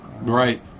right